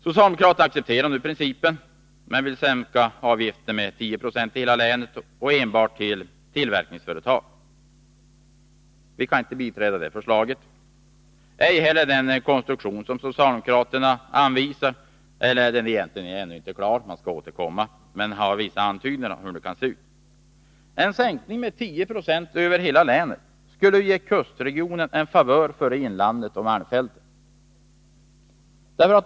Socialdemokraterna accepterar nu principen, men vill sänka socialavgifterna med 10 96 i hela länet och enbart för tillverkningsföretag. Centern kan inte biträda det förslaget eller den konstruktion som har antytts — socialdemokraterna är ännu inte klara med utformningen utan skall återkomma. En sänkning med 10 96 över hela länet skulle ge kustregionen en favör före inlandet och malmfälten.